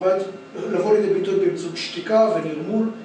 ‫לבוא לביטוי באמצעות שתיקה ונרמול.